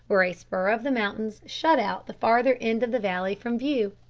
where a spur of the mountains shut out the further end of the valley from view.